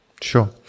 Sure